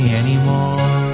anymore